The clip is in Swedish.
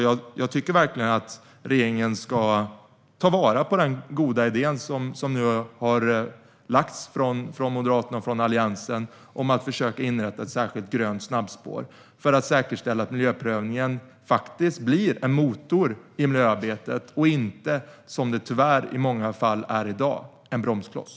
Jag tycker verkligen att regeringen ska ta vara på den goda idé som nu har lagts fram av Moderaterna och Alliansen om att försöka inrätta ett särskilt grönt snabbspår för att säkerställa att miljöprövningen faktiskt blir en motor i miljöarbetet och inte, som den tyvärr i många fall är i dag, en bromskloss.